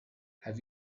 have